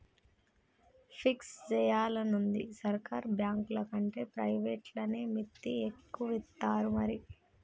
fix జేయాలనుందా, సర్కారు బాంకులకంటే ప్రైవేట్లనే మిత్తి ఎక్కువిత్తరు మరి